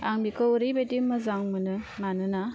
आं बिखौ ओरैबायदि मोजां मोनो मानोना